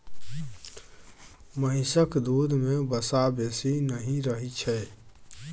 महिषक दूध में वसा बेसी नहि रहइ छै